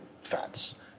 fats